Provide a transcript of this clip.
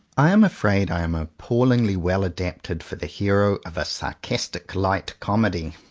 i am afraid i am appallingly well adapted for the hero of a sarcastic light comedy.